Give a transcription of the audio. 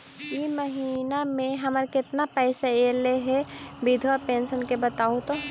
इ महिना मे हमर केतना पैसा ऐले हे बिधबा पेंसन के बताहु तो?